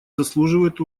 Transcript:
заслуживает